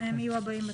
הם הבאים בתור.